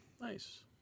Nice